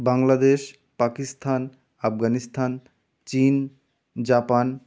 বাংলাদেশ পাকিস্তান আফগানিস্তান চীন জাপান